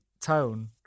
tone